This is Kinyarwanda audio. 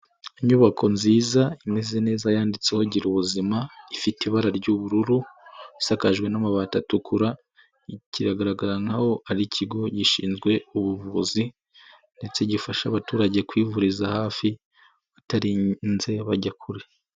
Inyubako nziza imeze neza yanditseho girubuzima, ifite ibara ry'ubururu isakajwe n'amabati atukura kiragaragara nkaho ari ikigo gishinzwe ubuvuzi ndetse gifasha abaturage kwivuriza hafi batarinze bajya kure.